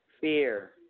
fear